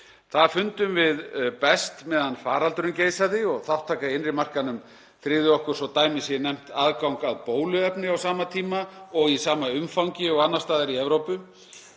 Það fundum við best meðan faraldurinn geisaði og þátttaka í innri markaðnum tryggði okkur, svo dæmi sé nefnt, aðgang að bóluefni á sama tíma og í sama umfangi og annars staðar í Evrópu.